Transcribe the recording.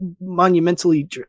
monumentally